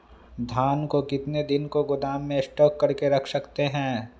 धान को कितने दिन को गोदाम में स्टॉक करके रख सकते हैँ?